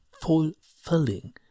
fulfilling